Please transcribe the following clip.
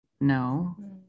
no